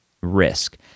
risk